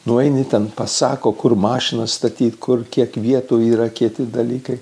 nueini ten pasako kur mašinas statyti kur kiek vietų yra kiti dalykai